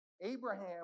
Abraham